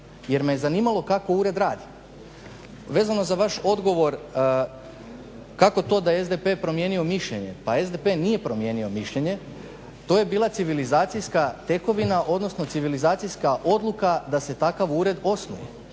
jer me zanimalo kako ured radi. Vezano za vaš odgovor kako to da je SDP promijenio mišljenje. Pa SDP nije promijenio mišljenje. To je bila civilizacijska tekovina, odnosno civilizacijska odluka da se takav ured osnuje.